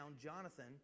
Jonathan